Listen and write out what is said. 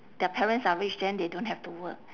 their parents are rich then they don't have to work